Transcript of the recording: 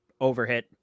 overhit